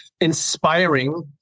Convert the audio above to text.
inspiring